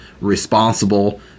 responsible